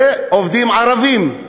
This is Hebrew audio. זה עובדים ערבים.